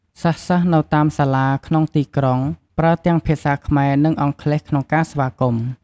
សិស្សៗនៅតាមសាលាក្នុងទីក្រុងភ្នំពេញ ប្រើទាំងភាសាខ្មែរ និងអង់គ្លេស ក្នុងការស្វាគមន៍។